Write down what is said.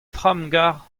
tramgarr